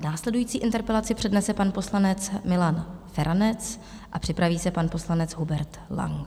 Následující interpelaci přednese pan poslanec Milan Feranec a připraví se pan poslanec Hubert Lang.